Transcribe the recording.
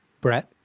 Brett